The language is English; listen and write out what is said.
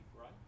right